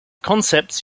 concepts